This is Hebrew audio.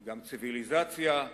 גם ציוויליזציה.